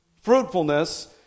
fruitfulness